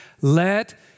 let